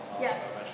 Yes